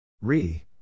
Re